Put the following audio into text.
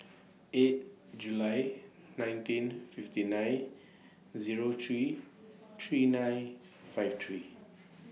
eight July nineteen fifty nine Zero three three nine five three